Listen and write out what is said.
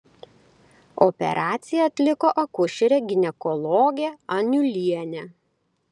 operaciją atliko akušerė ginekologė aniulienė